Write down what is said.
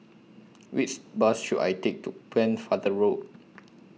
Which Bus should I Take to Pennefather Road